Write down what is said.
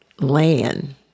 land